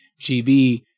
GB